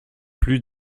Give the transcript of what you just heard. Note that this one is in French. plus